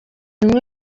bimwe